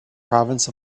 province